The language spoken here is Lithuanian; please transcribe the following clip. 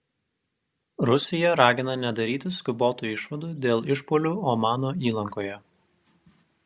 rusija ragina nedaryti skubotų išvadų dėl išpuolių omano įlankoje